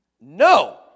No